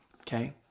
Okay